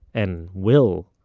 and will,